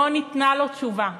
לא ניתנה לו תשובה.